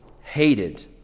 hated